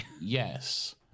yes